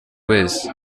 wese